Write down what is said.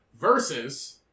Versus